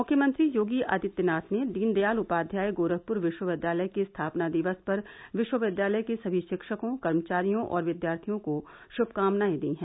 मुख्यमंत्री योगी आदित्यनाथ ने दीनदयाल उपाध्याय गोरखपुर विश्वविद्यालय के स्थापना दिवस पर विश्वविद्यालय के सभी शिक्षकों कर्मचारियों और विद्यार्थियों को शुभकामनाए दी हैं